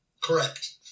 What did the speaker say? Correct